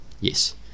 Yes